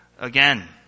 again